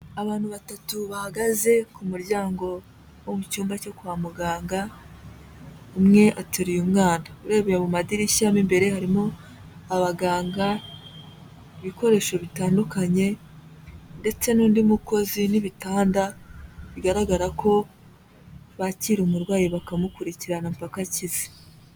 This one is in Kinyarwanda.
Abantu batatu bahagaze ku muryango wo mu cyumba cyo kwa muganga, umwe ateruye umwana, urebeye mu madirishya mo imbere, harimo abaganga ibikoresho bitandukanye ndetse n'undi mukozi n'ibitanda, bigaragara ko bakira umurwayi bakamukurikirana paka akize.